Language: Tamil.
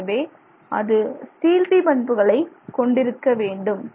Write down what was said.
எனவே அது ஸ்டீல்த்தி பண்புகளை கொண்டிருக்க வேண்டும்